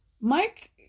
mike